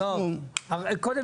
כרגע,